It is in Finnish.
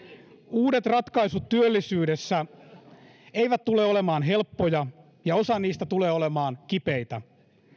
uudet ratkaisut työllisyydessä eivät tule olemaan helppoja ja osa niistä tulee olemaan kipeitä